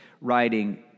writing